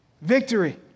Victory